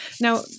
Now